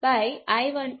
શું આ બરાબર છે